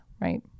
Right